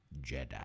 Jedi